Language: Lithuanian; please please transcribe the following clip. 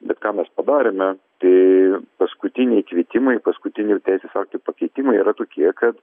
bet ką mes padarėme tai paskutiniai kvietimai paskutinių teisės aktų pakeitimai yra tokie kad